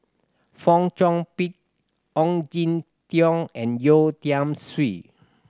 Fong Chong Pik Ong Jin Teong and Yeo Tiam Siew